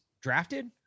drafted